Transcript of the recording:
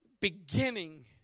beginning